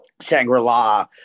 Shangri-La